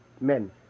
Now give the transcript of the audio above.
men